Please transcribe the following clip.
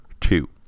two